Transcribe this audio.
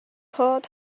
thought